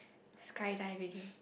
skydiving